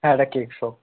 হ্যাঁ এটা cake shop